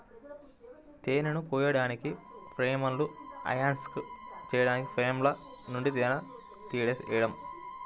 తేనెను కోయడానికి, ఫ్రేమ్లను అన్క్యాప్ చేయడానికి ఫ్రేమ్ల నుండి తేనెను తీయడం